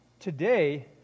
Today